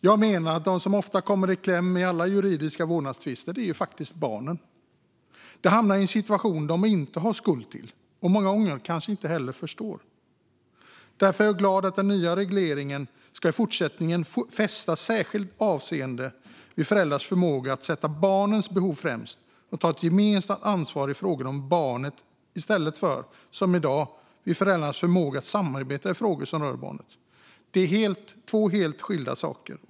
Jag menar att de som oftast kommer i kläm i alla juridiska vårdnadstvister faktiskt är barnen. De hamnar i en situation som de inte är skuld till och många gånger kanske inte heller förstår. Därför är jag glad att den nya regleringen innebär att det i fortsättningen ska fästas särskilt avseende vid föräldrarnas förmåga att sätta barnets behov främst och att ta gemensamt ansvar i frågor om barnet i stället för, som i dag, vid föräldrarnas förmåga att samarbeta i frågor som rör barnet. Det är två helt skilda saker.